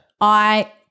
I-